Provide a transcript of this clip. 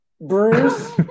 Bruce